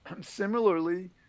Similarly